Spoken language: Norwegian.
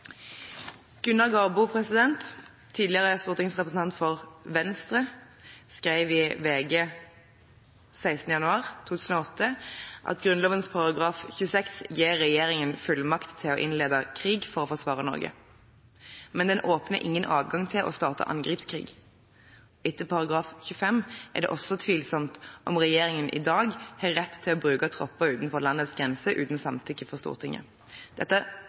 Gunnar Garbo, tidligere stortingsrepresentant for Venstre, skrev i VG 16. januar 2008: «Grunnlovens § 26 gir regjeringen fullmakt til å innlede krig for å forsvare Norge. Men den åpner ingen adgang til å starte angrepskrig. Etter paragraf 25 er det også tvilsomt om regjeringen i dag har rett til å bruke tropper utenfor landets grenser uten samtykke fra Stortinget.»